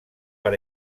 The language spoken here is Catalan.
per